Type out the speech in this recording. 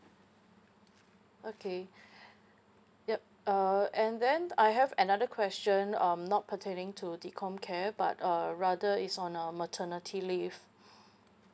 okay ya uh and then I have another question um not pertaining to the com care but uh rather is on uh maternity leave